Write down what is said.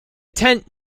tent